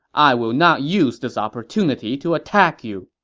i will not use this opportunity to attack you.